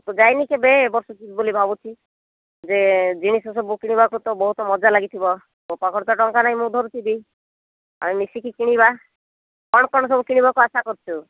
ମୁଁ ଯାଇନି କେବେ ଏବର୍ଷ ଯିବି ବୋଲି ଭାବୁଛି ଯେ ଜିନିଷ ସବୁ କିଣିବାକୁ ତ ବହୁତ ମଜା ଲାଗିଥିବ ମୋ ପାଖରେ ତ ଟଙ୍କା ନାହିଁ ମିଶିକି କିଣିବା କ'ଣ କ'ଣ ସବୁ କିଣିବାକୁ ଆଶା କରିଛୁ